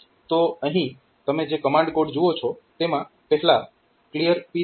તો અહીં તમે જે કમાન્ડ કોડ જુઓ છો તેમાં પહેલા CLR P3